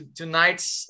tonight's